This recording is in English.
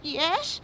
yes